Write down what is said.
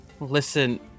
listen